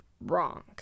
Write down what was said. wrong